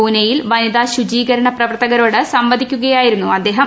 പുനേയിൽ വനിതാ ശുചീകരണ പ്രവർത്തകരോട് സംവദിക്കുകയാ യിരുന്നു അദ്ദേഹം